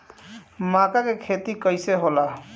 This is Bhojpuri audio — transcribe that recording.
मका के खेती कइसे होला?